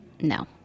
no